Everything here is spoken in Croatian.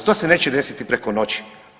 To se neće desiti preko noći.